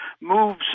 moves